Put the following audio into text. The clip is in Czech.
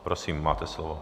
Prosím, máte slovo.